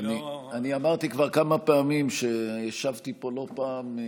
אני אמרתי כבר כמה פעמים שהשבתי פה לא פעם,